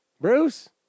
Bruce